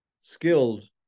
skilled